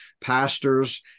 pastors